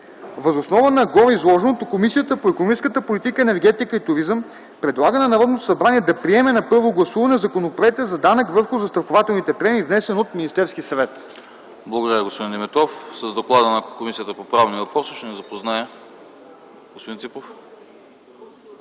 Въз основа на гореизложеното Комисията по икономическата политика, енергетика и туризъм предлага на Народното събрание да приеме на първо гласуване Законопроекта за данък върху застрахователните премии, внесен от Министерския съвет.” ПРЕДСЕДАТЕЛ АНАСТАС АНАСТАСОВ: Благодаря Ви, господин Димитров. С доклада на Комисията по правни въпроси ще ни запознае господин Ципов